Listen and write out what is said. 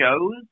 shows